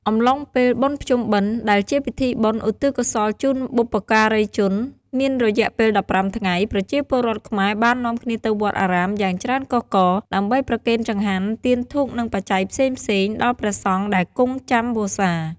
អំឡុងពេល បុណ្យភ្ជុំបិណ្ឌ ដែលជាពិធីបុណ្យឧទ្ទិសកុសលជូនបុព្វការីជន មានរយៈពេល ១៥ ថ្ងៃ ប្រជាពលរដ្ឋខ្មែរបាននាំគ្នាទៅវត្តអារាមយ៉ាងច្រើនកុះករ ដើម្បីប្រគេនចង្ហាន់ ទៀនធូប និងបច្ច័យផ្សេងៗ ដល់ព្រះសង្ឃដែលគង់ចាំវស្សា។